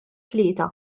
tlieta